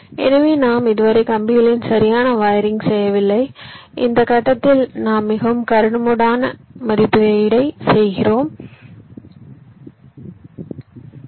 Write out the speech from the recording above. எனவே நாம் இதுவரை கம்பிகளின் சரியான வயரிங் செய்யவில்லை இந்த கட்டத்தில் நாம் மிகவும் கரடுமுரடான மதிப்பீட்டை மட்டுமே செய்ய முடியும்